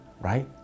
right